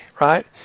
right